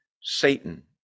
Satan